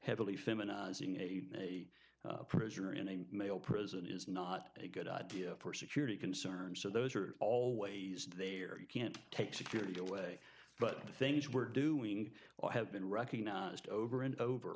heavily feminizing a prisoner in a male prison is not a good idea for security concerns so those are all ways they are you can't take security away but the things we're doing or have been recognized over and over